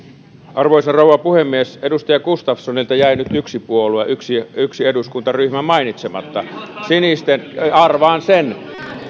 arvoisa rouva puhemies edustaja gustafssonilta jäi nyt yksi puolue yksi yksi eduskuntaryhmä mainitsematta sinisten arvaan sen